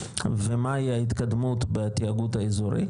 ומהי ההתקדמות בתיאגוד האזורי,